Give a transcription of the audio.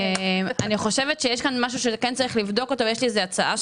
יש כאן משהו שצריך לבדוק אותו ויש לי הצעה.